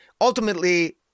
ultimately